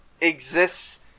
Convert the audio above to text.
exists